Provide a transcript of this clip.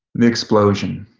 the explosion